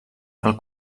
pel